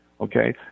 Okay